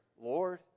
Lord